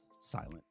silent